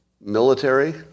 military